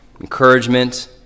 encouragement